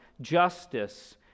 justice